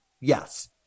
yes